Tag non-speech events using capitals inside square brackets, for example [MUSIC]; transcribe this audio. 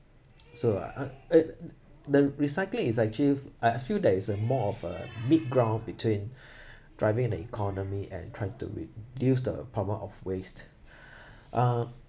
so uh it the recycling is actually I feel that is a more of uh midground between [BREATH] driving the economy and try to reduce the power of waste [BREATH] uh